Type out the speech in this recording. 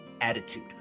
attitude